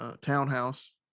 townhouse